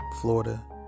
Florida